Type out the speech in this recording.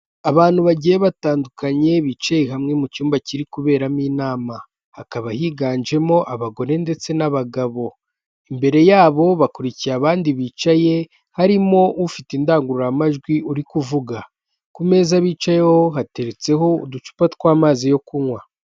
Abantu bagiye batandukanye bicaye hamwe mu cyumba kiri kuberamo inama hakaba higanjemo abagore ndetse n'abagabo imbere yabo bakurikiye abandi bicaye harimo ufite indangururamajwi uri kuvuga, ku meza bicayeho hateretseho uducupa tw'amazi yo kunywa.